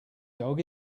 dog